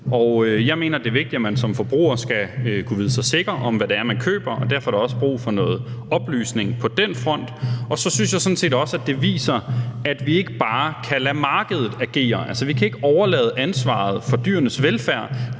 Jeg mener, det er vigtigt, at man som forbruger skal kunne vide sig sikker på, hvad det er, man køber, og derfor er der også brug for noget oplysning på den front. Så synes jeg sådan set også, at det viser, at vi ikke bare kan lade markedet agere; altså, vi kan ikke overlade ansvaret for dyrenes velfærd